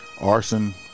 arson